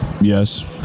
Yes